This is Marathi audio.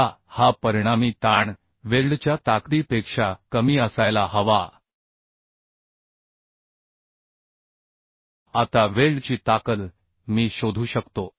आता हा परिणामी ताण वेल्डच्या ताकदीपेक्षा कमी असायला हवा आता वेल्डची ताकद मी शोधू शकतो